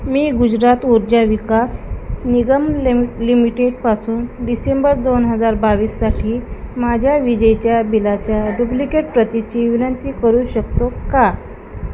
मी गुजरात ऊर्जा विकास निगम लिम लिमिटेडपासून डिसेंबर दोन हजार बावीससाठी माझ्या विजेच्या बिलाच्या डुप्लिकेट प्रतीची विनंती करू शकतो का